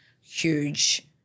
huge